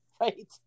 Right